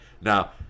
Now